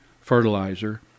fertilizer